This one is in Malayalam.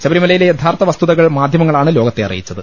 ശബരിമലയിലെ യഥാർത്ഥ വസ്തുതകൾ മാധ്യമങ്ങളാണ് ലോകത്തെ അറിയിച്ചത്